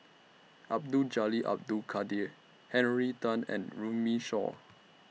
Abdul Jalil Abdul Kadir Henry Tan and Runme Shaw